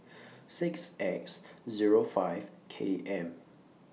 six X zere five K M